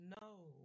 No